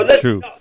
true